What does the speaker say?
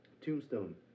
Tombstone